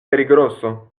peligroso